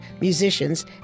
musicians